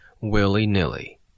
willy-nilly